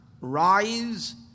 rise